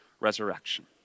resurrection